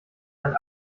ein